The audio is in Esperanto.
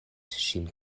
ŝin